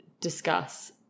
discuss